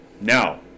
Now